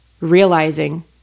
realizing